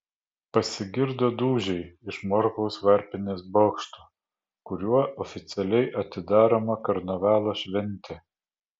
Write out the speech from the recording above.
pasigirdo dūžiai iš morkaus varpinės bokšto kuriuo oficialiai atidaroma karnavalo šventė